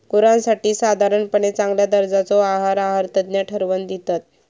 गुरांसाठी साधारणपणे चांगल्या दर्जाचो आहार आहारतज्ञ ठरवन दितत